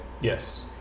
Yes